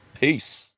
Peace